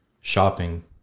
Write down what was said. Shopping